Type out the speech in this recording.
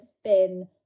spin